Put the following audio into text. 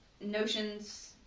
notions